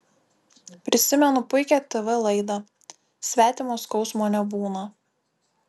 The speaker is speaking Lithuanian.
prisimenu puikią tv laidą svetimo skausmo nebūna